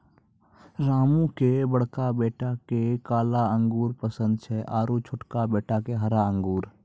रामू के बड़का बेटा क काला अंगूर पसंद छै आरो छोटका बेटा क हरा अंगूर